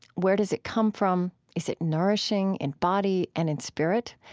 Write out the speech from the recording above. where does it come from? is it nourishing in body and in spirit?